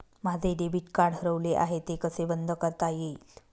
माझे debit card हरवले आहे ते कसे बंद करता येईल?